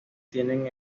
tienen